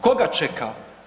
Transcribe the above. Koga čeka?